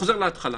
חוזר להתחלה.